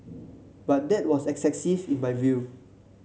but that was excessive in my view